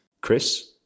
chris